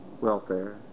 welfare